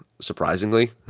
Surprisingly